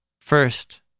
first